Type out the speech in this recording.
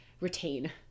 retain